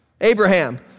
Abraham